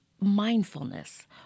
mindfulness